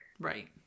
Right